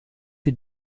die